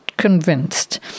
Convinced